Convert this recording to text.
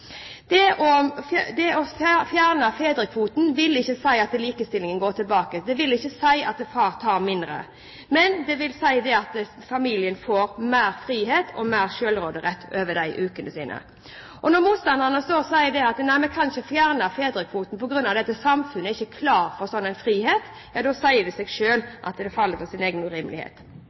Å fjerne fedrekvoten vil ikke si at likestillingen går tilbake, det vil ikke si at far tar mindre, men det vil si at familien får mer frihet og mer selvråderett over ukene sine. Når motstanderne står og sier at nei, vi kan ikke fjerne fedrekvoten fordi samfunnet ikke er klar for en slik frihet, da sier det seg selv at dette faller på sin egen urimelighet.